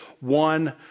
one